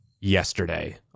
yesterday